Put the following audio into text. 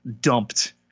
dumped